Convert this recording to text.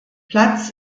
platz